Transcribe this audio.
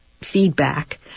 feedback